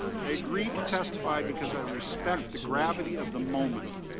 i agreed to testify because i respect the gravity of the moment.